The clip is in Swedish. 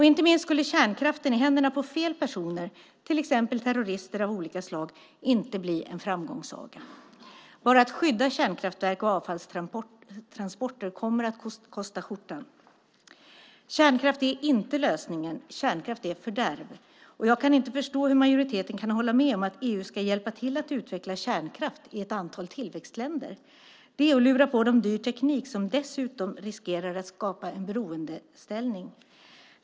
Inte minst skulle kärnkraften i händerna på fel personer, till exempel terrorister av olika slag, inte bli en framgångssaga. Bara att skydda kärnkraftverk och avfallstransporter kommer att kosta skjortan. Kärnkraft är inte lösningen. Kärnkraft är fördärv, och jag kan inte förstå hur majoriteten kan hålla med om att EU ska hjälpa till att utveckla kärnkraft i ett antal tillväxtländer. Det är att lura på dem dyr teknik som dessutom riskerar att skapa en beroendeställning.